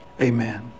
Amen